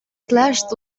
clashed